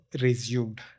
resumed